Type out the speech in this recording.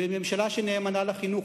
בממשלה שנאמנה לחינוך.